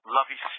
Lovey